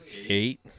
Eight